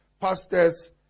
pastors